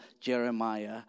Jeremiah